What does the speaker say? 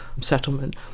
settlement